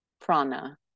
prana